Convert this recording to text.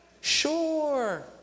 sure